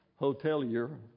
hotelier